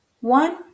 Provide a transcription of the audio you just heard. one